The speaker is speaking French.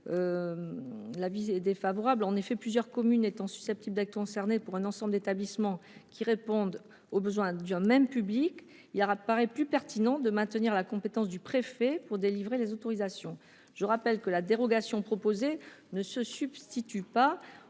y sommes défavorables, puisque plusieurs communes étant susceptibles d'être concernées pour un ensemble d'établissements qui répondent aux besoins d'un même public, il apparaît plus pertinent de maintenir la compétence du préfet pour délivrer les autorisations. Je rappelle que la dérogation proposée ne se substituera pas